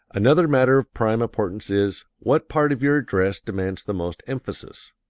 another matter of prime importance is, what part of your address demands the most emphasis.